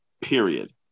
period